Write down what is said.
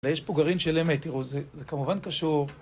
אבל יש פה גרעין של אמת, תראו, זה כמובן קשור...